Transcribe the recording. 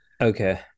Okay